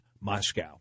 Moscow